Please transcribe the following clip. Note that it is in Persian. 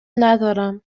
ندارم